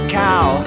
cow